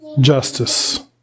justice